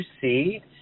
see